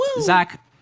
Zach